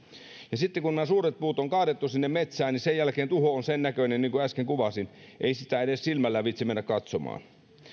sitten kun nämä suuret puut on kaadettu sinne metsään sen jälkeen tuho on sen näköinen kuin äsken kuvasin ei sitä edes silmällä viitsi mennä katsomaan